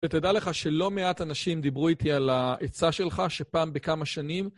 ותדע לך שלא מעט אנשים דיברו איתי על העצה שלך שפעם בכמה שנים.